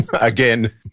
Again